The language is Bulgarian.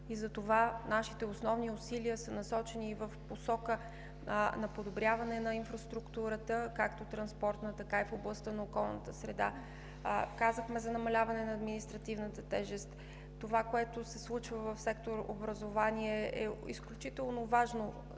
Затова нашите основни усилия са насочени и в посока на подобряване на инфраструктурата – както транспортна, така и в областта на околната среда. Казахме за намаляването на административната тежест. Случващото се в сектор „Образование“ е изключително важно